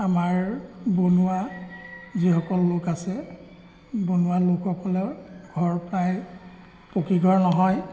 আমাৰ বনুৱা যিসকল লোক আছে বনুৱা লোকসকলৰ ঘৰ প্ৰায় পকীঘৰ নহয়